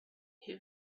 who